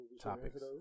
topics